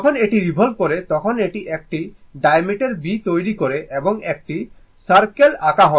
যখন এটি রিভল্ভ করে তখন এটি একটি ডায়ামিটার b তৈরি করে এবং একটি সার্কেল আঁকা হয়